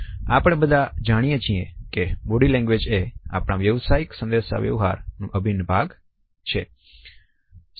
આપણે બધા જાણીએ છીએ કે બોડી લેંગ્વેજ એ આપણા વ્યવસાયિક વાતચીતનો અભિન્ન ભાગ છે